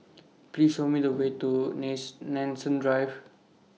Please Show Me The Way to next Nanson Drive